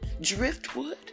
Driftwood